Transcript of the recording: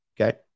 Okay